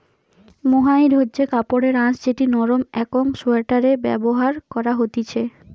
mohair হচ্ছে কাপড়ের আঁশ যেটি নরম একং সোয়াটারে ব্যবহার করা হতিছে